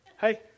Hey